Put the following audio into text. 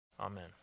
Amen